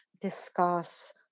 discuss